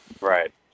Right